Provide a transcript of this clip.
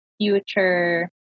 future